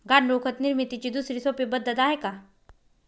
गांडूळ खत निर्मितीची दुसरी सोपी पद्धत आहे का?